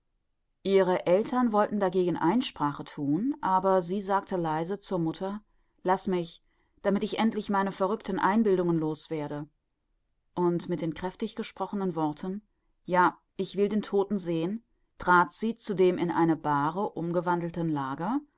ihre eltern wollten dagegen einsprache thun sie aber sagte leise zur mutter laß mich damit ich endlich meine verrückten einbildungen los werde und mit den kräftig gesprochenen worten ja ich will den todten sehen trat sie zu dem in eine bahre umgewandelten lager